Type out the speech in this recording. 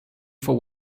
for